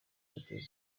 metero